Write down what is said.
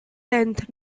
tenth